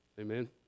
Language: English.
Amen